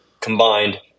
combined